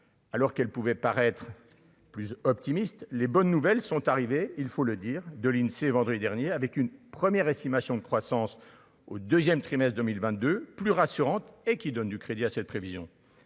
Alors qu'elle pouvait paraître plus optimiste, les bonnes nouvelles sont arrivées, il faut le dire, de l'Insee, vendredi dernier, avec une première estimation de croissance au 2ème trimestres 2022 plus rassurante et qui donne du crédit à cette prévision.